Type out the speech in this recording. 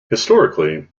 historically